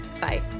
Bye